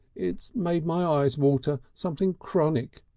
it's made my eyes water, something chronic.